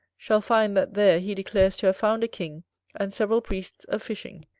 shall find that there he declares to have found a king and several priests a-fishing.